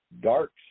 dark